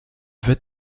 wird